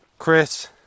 Chris